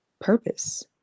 purpose